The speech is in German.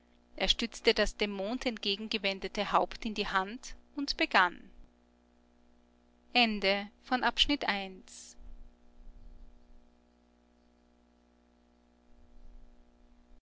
er stützte das dem mond entgegengewendete haupt in die hand und begann